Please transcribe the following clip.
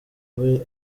abe